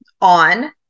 on